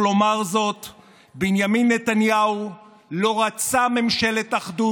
גדעון סער, חבר הכנסת, לא נמצא,